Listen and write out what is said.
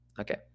okay